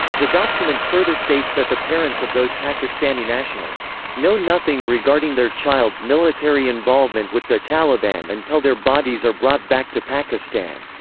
the document further states that the parents of those pakistani nationals know nothing regarding their child's military involvement with the taliban until their bodies are brought back to pakistan.